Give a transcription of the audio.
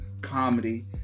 comedy